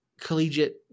collegiate